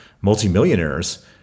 multimillionaires